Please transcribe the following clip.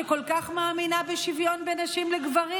שכל כך מאמינה בשוויון בין נשים לגברים?